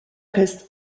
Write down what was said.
reste